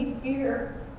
fear